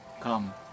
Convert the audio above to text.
come